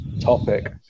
topic